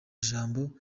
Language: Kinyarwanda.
jambo